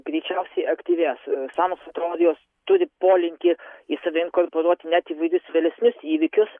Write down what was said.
greičiausiai aktyvės sąmokslo teorijos turi polinkį į save inkorporuoti net įvairius vėlesnius įvykius